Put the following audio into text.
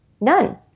None